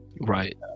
Right